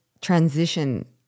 transition